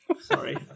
Sorry